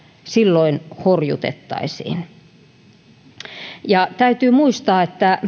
silloin horjutettaisiin täytyy muistaa että